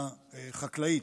חקלאית.